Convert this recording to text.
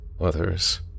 Others